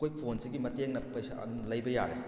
ꯑꯩꯈꯣꯏ ꯐꯣꯟꯁꯤꯒꯤ ꯃꯇꯦꯡꯅ ꯄꯩꯁꯥ ꯑꯗꯨꯝ ꯂꯩꯕ ꯌꯥꯔꯦ